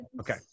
Okay